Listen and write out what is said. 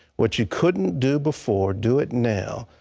what you couldn't do before, do it now.